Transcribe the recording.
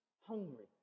hungry